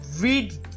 Read